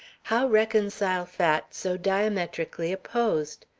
how reconcile facts so diametrically opposed?